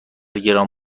گران